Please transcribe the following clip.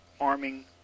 arming